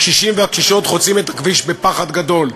הקשישים והקשישות חוצים את הכביש בפחד גדול,